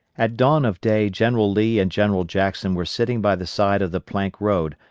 at dawn of day general lee and general jackson were sitting by the side of the plank road,